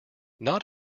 not